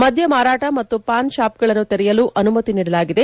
ಮದ್ಯ ಮಾರಾಟ ಮತ್ತು ಪಾನ್ ಶಾಪ್ಗಳನ್ನು ತೆರೆಯಲು ಅನುಮತಿ ನೀಡಲಾಗಿದೆ